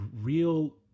real